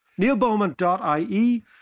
neilbowman.ie